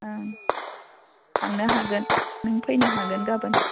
ओं थांनो हागोन नों फैनो हागोन गाबोन